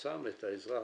שמים את האזרח